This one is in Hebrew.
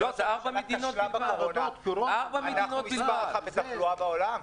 בגלל שהממשלה כשלה בטיפול בקורונה אנחנו מספר אחת בתחלואה בעולם.